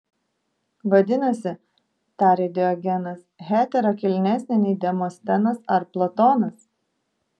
vadinasi tarė diogenas hetera kilnesnė nei demostenas ar platonas